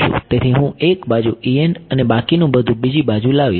તેથી હું એક બાજુ અને બાકીનું બધું બીજી બાજુ લાવીશ